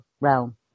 realm